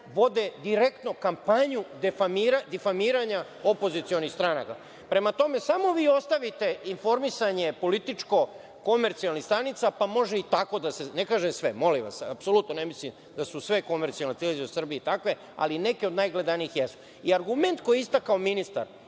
vode direktno kampanju difamiranja opozicionih stranaka. Prema tome, samo vi ostavite informisanje političko-komercijalnih stanica, pa može i tako da se… ne kažem sve, molim vas, apsolutno ne mislim da su sve komercijalne televizije u Srbiji takve, ali neke od najgledanijih jesu. Argument koji je istakao ministar